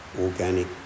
organic